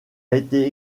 été